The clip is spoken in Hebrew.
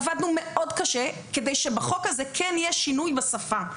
עבדנו מאוד קשה כדי שבחוק הזה יהיה שינוי בשפה.